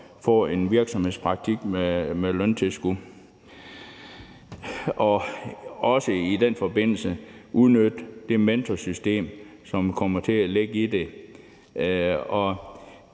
at få en virksomhedspraktik med løntilskud. I den forbindelse kan man udnytte det mentorsystem, som kommer til at ligge i det.